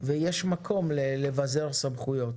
ויש מקום לבזר סמכויות.